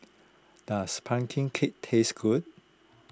does Pumpkin Cake taste good